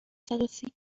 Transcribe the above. صدوسی